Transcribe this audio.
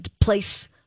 place